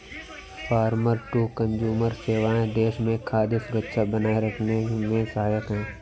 farmer to consumer सेवाएं देश में खाद्य सुरक्षा बनाए रखने में सहायक है